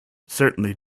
certainly